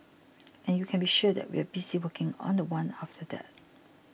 and you can be sure that we are busy working on the one after that